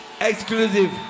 Exclusive